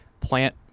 plant